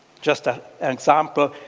just ah an example.